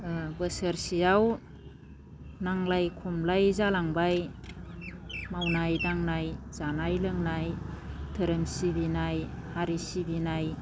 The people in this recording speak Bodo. बोसोरसेयाव नांलाय खमलाय जालांबाय मावनाय दांनाय जानाय लोंनाय धोरोम सिबिनाय हारि सिबिनाय